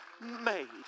made